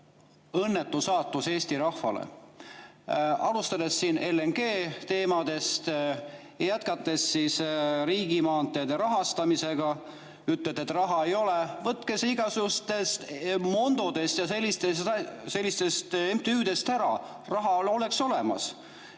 õnnetu saatus Eesti rahvale. Alustades LNG‑teemadest ja jätkates riigimaanteede rahastamisega, te ütlete, et raha ei ole. Võtke see igasugustest Mondodest ja sellistest MTÜ‑dest ära ning raha oleks olemas.